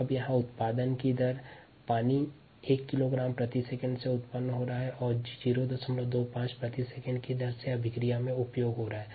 अब यहाँ rate of generation पानी 1 किलोग्राम प्रति सेकंड उत्पन्न हो रहा है और 025 किलोग्राम प्रति सेकंड की अभिक्रिया दर से उपभोग हो रहा है